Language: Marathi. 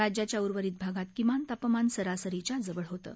राज्याच्या उर्वरित भागात किमान तापमान सरासरीच्या जवळ होतं